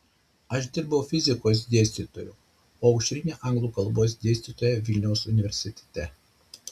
aš dirbau fizikos dėstytoju o aušrinė anglų kalbos dėstytoja vilniaus universitete